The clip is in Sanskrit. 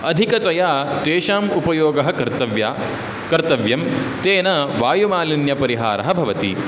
अधिकतया तेषाम् उपयोगः कर्तव्या कर्तव्यं तेन वायुमालिन्यपरिहारः भवति